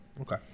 Okay